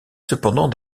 cependant